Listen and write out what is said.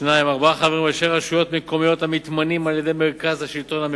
השר יענה ואחר כך תשאל אותו.